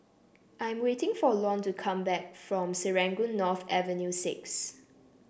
I'm waiting for Lon to come back from Serangoon North Avenue Six